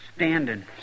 Standing